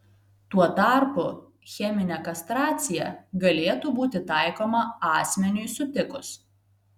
tuo tarpu cheminė kastracija galėtų būti taikoma asmeniui sutikus